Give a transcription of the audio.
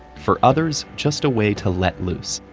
for others, just a way to let loose.